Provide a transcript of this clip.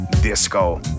Disco